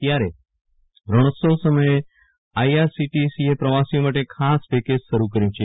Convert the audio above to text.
ત્યારે રણોત્સવ સમયે આઇઆરસીટીસીએ પ્રવાસીઓ માટે ખાસ પેકેજ શરૂ કર્યું છે